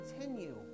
continue